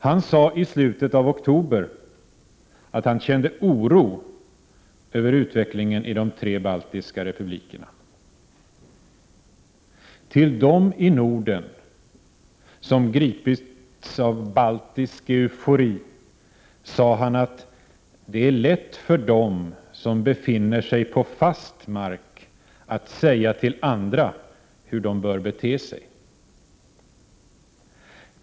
Han sade i slutet av oktober att han kände oro över utvecklingen i de tre baltiska republikerna. Till dem i Norden som gripits av baltisk eufori sade han att det är lätt för dem som befinner sig på fast mark att säga till andra hur de bör bete sig.